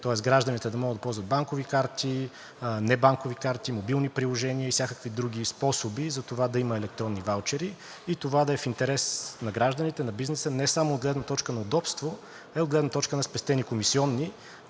тоест гражданите да могат да ползват банкови карти, небанкови карти, мобилни приложения и всякакви други способи за това да има електронни ваучери и това да е в интерес на гражданите, на бизнеса, не само от гледна точка на удобство, а и от гледна точка на спестени комисиони,